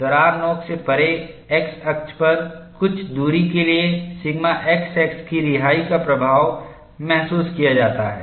और दरार नोक से परे X अक्ष पर कुछ दूरी के लिए सिग्मा XX की रिहाई का प्रभाव महसूस किया जाता है